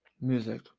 music